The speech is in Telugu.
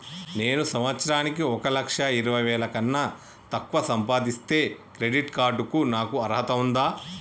నేను సంవత్సరానికి ఒక లక్ష ఇరవై వేల కన్నా తక్కువ సంపాదిస్తే క్రెడిట్ కార్డ్ కు నాకు అర్హత ఉందా?